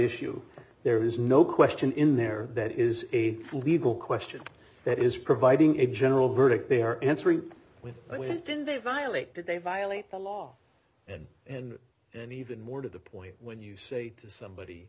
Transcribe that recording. issue there is no question in there that is a legal question that is providing a general verdict they are answering when they went in they violate did they violate the law and and and even more to the point when you say to somebody